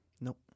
Nope